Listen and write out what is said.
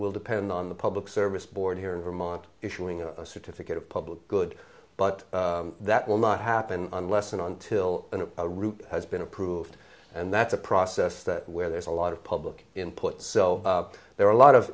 will depend on the public service board here in vermont issuing a certificate of public good but that will not happen unless and until a route has been approved and that's a process that where there's a lot of public input so there are a lot of